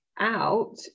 out